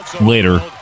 later